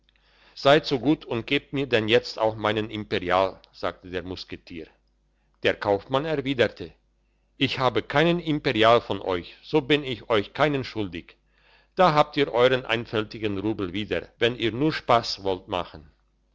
seid so gut und gebt mir denn jetzt auch meinen imperial sagte der musketier der kaufmann erwiderte ich habe keinen imperial von euch so bin ich euch keinen schuldig da habt ihr euren einfältigen rubel wieder wenn ihr nur spass wollt machen